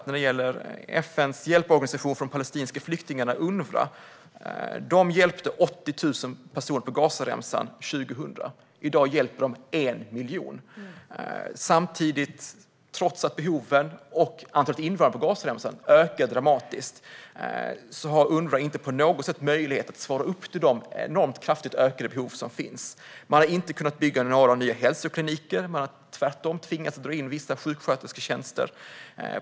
När det gäller FN:s hjälporganisation för de palestinska flyktingarna, Unrwa, såg jag att de år 2000 hjälpte 80 000 personer på Gazaremsan. I dag hjälper de 1 miljon människor. Behoven, och antalet invånare, på Gazaremsan ökar dramatiskt, och Unrwa har inte på något sätt möjlighet att svara upp mot de kraftigt ökade behov som finns. Man har inte kunnat bygga några nya hälsokliniker; man har tvärtom tvingats dra in vissa sjukskötersketjänster.